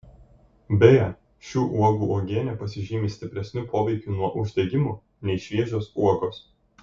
beje šių uogų uogienė pasižymi stipresniu poveikiu nuo uždegimų nei šviežios uogos